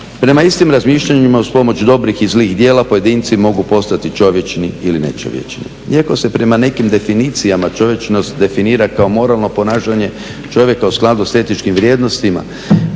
Prema istim razmišljanjima uz pomoć dobrih i zlih djela pojedinci mogu postati čovječni ili nečovječni. Iako se prema nekim definicijama čovječnost definira kao moralno ponašanje, čovjeka u skladu s etičkim vrijednostima